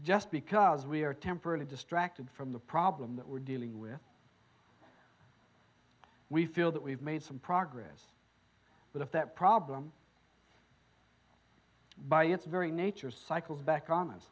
just because we are temporarily distracted from the problem that we're dealing with we feel that we've made some progress but if that problem by its very nature cycles back on